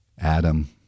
Adam